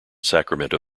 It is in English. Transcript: sacramento